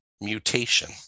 mutation